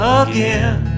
again